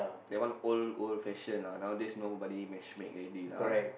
that one old old fashion lah nowadays nobody match make already lah